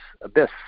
abyss